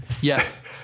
Yes